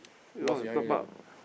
boss behind you [liao]